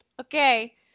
Okay